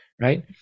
right